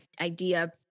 idea